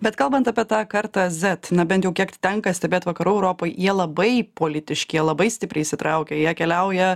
bet kalbant apie tą kartą zet na bent jau kiek tenka stebėt vakarų europoj jie labai politiški jie labai stipriai įsitraukę jie keliauja